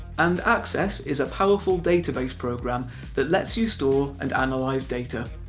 and access is a powerful database program that lets you store and analyse data.